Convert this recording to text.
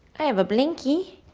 i have a blankie.